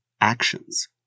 actions